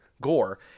Gore